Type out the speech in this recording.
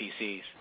PCs